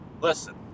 Listen